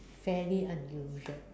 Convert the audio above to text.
fairly unusual